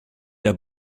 der